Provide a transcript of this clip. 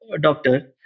doctor